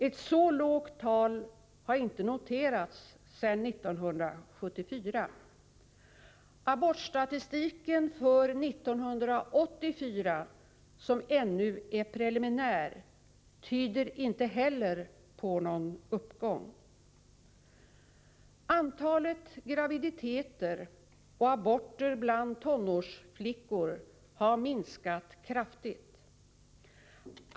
Ett så lågt tal har inte noterats sedan 1974. Abortstatistiken för 1984, som ännu är preliminär, tyder inte heller på någon uppgång. Antalet graviditeter och aborter bland tonårsflickor har minskat kraftigt.